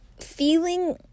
feeling